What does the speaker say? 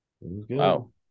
Wow